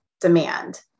demand